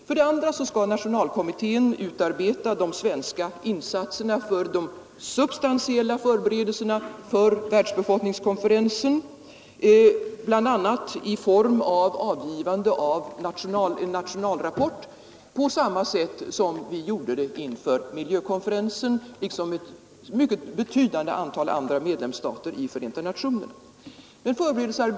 För det andra skall nationalkommittén utarbeta de svenska insatserna för de substantiella förberedelserna för världsbefolkningskonferensen, bl.a. genom avgivande av en nationell rapport på samma sätt som vi och ett mycket betydande antal medlemsstater i Förenta nationerna gjorde inför miljökonferensen.